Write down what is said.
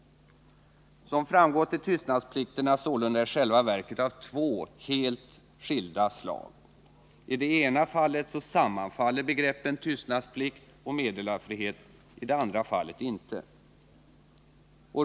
Som framgått är tystnadsplikterna sålunda i själva verket av två helt skilda slag. I det ena fallet sammanfaller begreppen tystnadsplikt och meddelarfrihet —i det andra fallet inte.